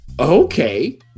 Okay